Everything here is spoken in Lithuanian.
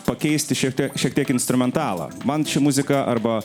pakeisti šiek tie šiek tiek instrumentalą man ši muzika arba